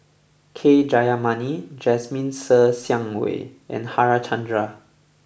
K Jayamani Jasmine Ser Xiang Wei and Harichandra